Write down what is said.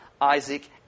Isaac